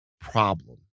problem